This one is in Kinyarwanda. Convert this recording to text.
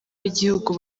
w’igihugu